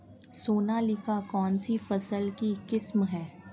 सोनालिका कौनसी फसल की किस्म है?